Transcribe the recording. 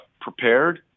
prepared